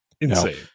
Insane